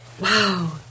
wow